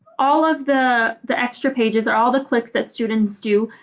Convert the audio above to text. all of the the extra pages or all the clicks that students do,